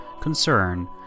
concern